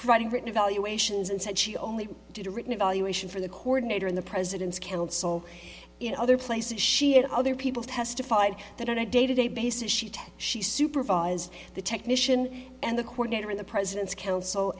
providing written evaluations and said she only did a written evaluation for the coordinator in the president's counsel in other places she and other people testified that on a day to day basis she she supervise the technician and the coordinator of the president's coun